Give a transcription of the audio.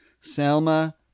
Selma